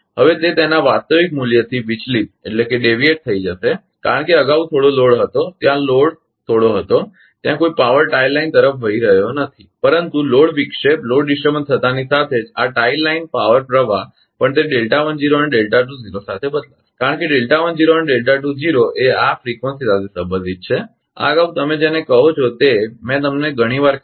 હવે તે તેના વાસ્તવિક મૂલ્યથી વિચલિત થઈ જશે કારણ કે અગાઉ થોડો લોડ હતો ત્યાં થોડો લોડ હતો ત્યાં કોઈ પાવર ટાઇ લાઇન તરફ વહી રહ્યૌ હતો પરંતુ લોડ વિક્ષેપ થતાંની સાથે જ આ ટાઇ લાઇન પાવર પ્રવાહ પણ તે અને સાથે બદલાશે કારણ કે અને એ આ ફ્રીકવંસી સાથે સંબંધિત છે આ અગાઉ તમે જેને તમે કહો છો તે મેં તમને ઘણી વાર કહ્યું